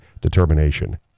determination